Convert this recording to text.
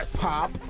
pop